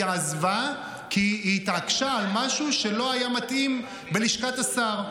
היא עזבה כי התעקשה על משהו שלא היה מתאים בלשכת השר.